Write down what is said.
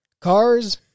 cars